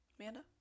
Amanda